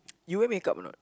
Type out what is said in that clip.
you wear make-up or not